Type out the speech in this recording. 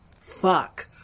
fuck